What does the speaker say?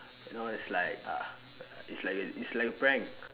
you know it's like uh it's like a it's like a prank